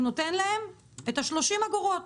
הוא נותן להם 30 אגורות.